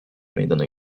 meydana